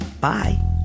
Bye